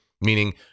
meaning